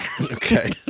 Okay